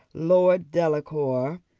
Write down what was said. lord delacour,